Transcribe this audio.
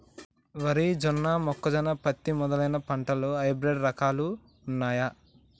వరి జొన్న మొక్కజొన్న పత్తి మొదలైన పంటలలో హైబ్రిడ్ రకాలు ఉన్నయా?